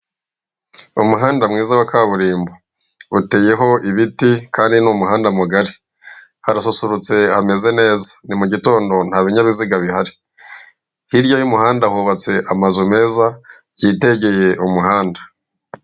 Umuhanda mwiza wa kaburimbo uteyeho ibiti kandi ni umuhanda mugari. Harasusurutse hameze neza ni mugitondo nta binyabiziga bihari. Hirya y'umuhanda hubatse amazu meza, yitegeye umuhanda.